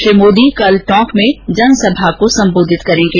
प्रधानमंत्री कल टोंक में जनसभा को संबोधित करेंगे